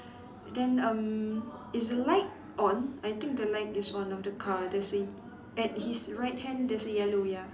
then um is the light on I think the light is on of the car there's a at his right hand there's a yellow ya